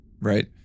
right